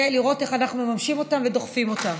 לראות איך אנחנו מממשים אותן ודוחפים אותן.